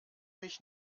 mich